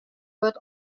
wurd